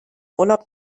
urlaub